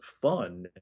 fun